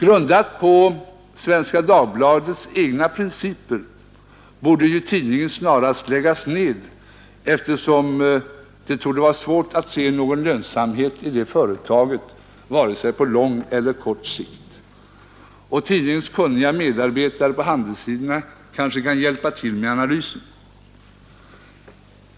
Enligt Svenska Dagbladets egna principer borde ju tidningen snarast läggas ner. Det torde vara svårt att se någon lönsamhet i det företaget vare sig på kort eller på lång sikt. Tidningens kunniga medarbetare på handelssidorna kanske kan hjälpa till med analysen.